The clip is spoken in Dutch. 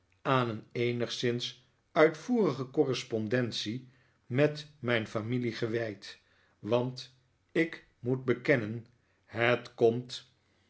aan een eenigszins uitvoerige correspondentie met mijn familie gewijd want ik moet bekennen het komt